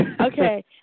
Okay